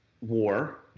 war –